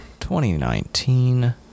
2019